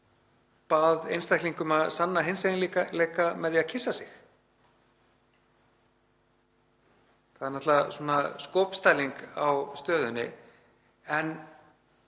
bað einstakling um að sanna hinseginleika sinn með því að kyssa sig? Það er náttúrlega skopstæling á stöðunni en